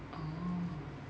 oh